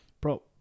bro